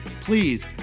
please